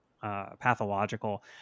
Pathological